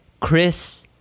Chris